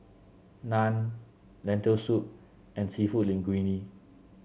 Naan Lentil Soup and seafood Linguine